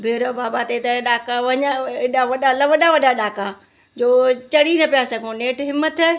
भैरव बाबा ते त ॾाका वञा एॾा वॾा ल वॾा वॾा ॾाका जो चढ़ी न पिया सघूं नेठि हिमथ